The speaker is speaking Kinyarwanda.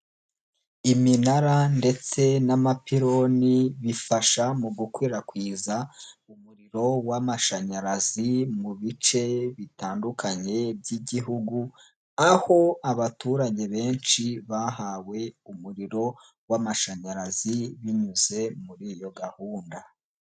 Iminara ndetse n'amapironi, bifasha mu gukwirakwiza umuriro w'amashanyarazi mu bice bitandukanye by'igihugu, aho abaturage benshi bahawe umuriro w'amashanyarazi, binyuze muri iyo gahunda..